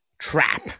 trap